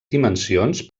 dimensions